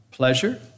Pleasure